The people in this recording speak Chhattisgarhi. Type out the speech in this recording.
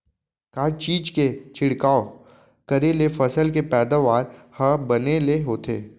का चीज के छिड़काव करें ले फसल के पैदावार ह बने ले होथे?